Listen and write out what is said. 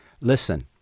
listen